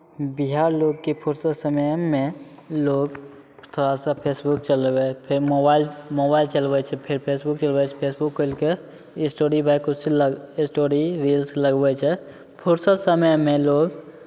बिहार लोकके फुरसत समयमे लोक थोड़ा सा फेसबुक चलबै फेर मोबाइल मोबाइल चलबै छै फेर फेसबुक चलबै छै फेसबुक खोलि कऽ स्टोरीपर किछु ल् स्टोरी रील्स लगबै छै फुरसत समयमे लोक